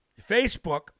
Facebook